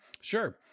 Sure